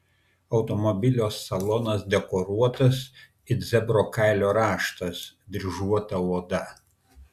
automobilio salonas dekoruotas it zebro kailio raštas dryžuota oda